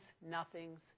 nothing's